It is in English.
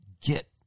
get